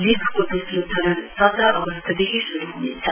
लीगको दोस्रो चरण सत्र अगस्तदेखि शुरू हुनेछ